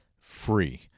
free